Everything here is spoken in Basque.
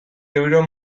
euro